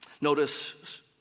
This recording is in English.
Notice